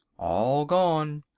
all gone,